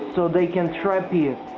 so they could trap you,